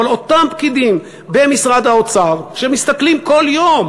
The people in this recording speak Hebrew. אותם פקידים במשרד האוצר שמסתכלים כל יום